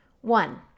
One